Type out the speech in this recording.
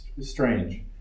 Strange